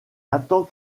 attend